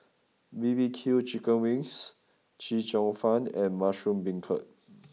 B B Q Chicken Wings Chee Cheong Fun and Mushroom Beancurd